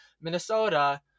Minnesota